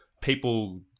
people